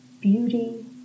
Beauty